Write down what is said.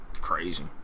crazy